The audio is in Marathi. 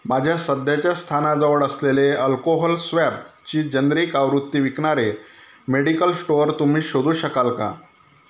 माझ्या सध्याच्या स्थानाजवळ असलेले अल्कोहोल स्वॅबची जेनरिक आवृत्ती विकणारे मेडिकल स्टोअर तुम्ही शोधू शकाल का